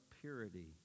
purity